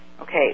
okay